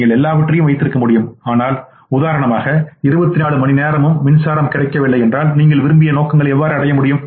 நீங்கள் எல்லாவற்றையும் வைத்திருக்க முடியும் ஆனால் உதாரணமாக 24 மணி நேரமும் மின்சாரம் கிடைக்கவில்லை என்றால் நீங்கள் விரும்பிய நோக்கங்களை எவ்வாறு அடைய முடியும்